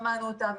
שמענו אותם.